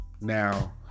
Now